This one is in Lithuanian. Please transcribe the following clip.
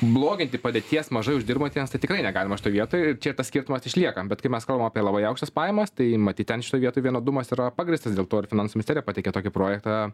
bloginti padėties mažai uždirbantiems tai tikrai negalima šitoj vietoj čia ir tas skirtumas išlieka bet kai mes kalbam apie labai aukštas pajamas tai matyt ten šitoj vietoj vienodumas yra pagrįstas dėl to ir finansų misterija pateikė tokį projektą